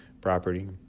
property